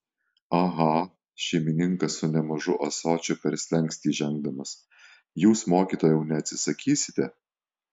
aha šeimininkas su nemažu ąsočiu per slenkstį žengdamas jūs mokytojau neatsisakysite